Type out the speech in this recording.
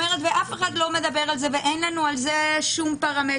ואף אחד לא מדבר על זה, ואין לנו על זה שום פרמטר.